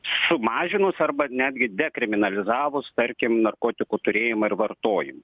sumažinus arba netgi dekriminalizavus tarkim narkotikų turėjimą ir vartojimą